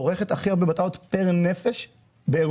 צורכת הכי הרבה בטטות פר נפש באירופה.